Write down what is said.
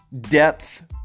depth